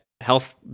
health